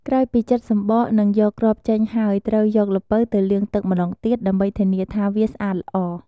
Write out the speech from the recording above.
ក្រោយពីចិតសំបក និងយកគ្រាប់ចេញហើយ ត្រូវយកល្ពៅទៅលាងទឹកម្តងទៀត ដើម្បីធានាថាវាស្អាតល្អ។